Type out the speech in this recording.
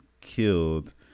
killed